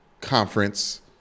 conference